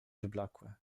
wyblakłe